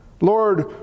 Lord